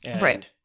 Right